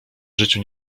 życiu